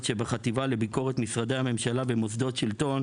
שבחטיבה לביקורת משרדי הממשלה במוסדות שלטון,